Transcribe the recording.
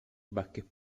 vásquez